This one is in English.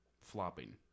Flopping